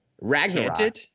Ragnarok